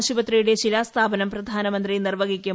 ആശുപത്രിയുടെ ശിലാസ്ഥാപനം പ്രധാനമന്ത്രി നിർവ്വഹിക്കും